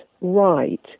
right